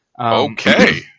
Okay